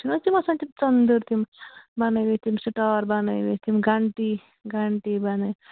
چھُنہٕ حظ تِم آسان تِم ژٔدٕر تِم بَنٲوِتھ تِم سِٹار بَنٲوِتھ تِم گَنٹی گَنٹی بَنٲوِتھ